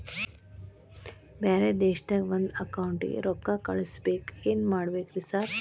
ಬ್ಯಾರೆ ದೇಶದಾಗ ಒಂದ್ ಅಕೌಂಟ್ ಗೆ ರೊಕ್ಕಾ ಕಳ್ಸ್ ಬೇಕು ಏನ್ ಮಾಡ್ಬೇಕ್ರಿ ಸರ್?